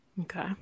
Okay